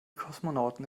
kosmonauten